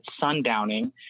sundowning